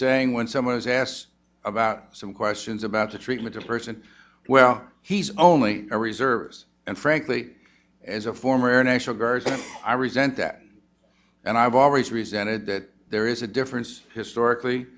saying when someone is asked about some questions about the treatment of a person well he's only a reservist and frankly as a former national guard i resent that and i've always resented that there is a difference historically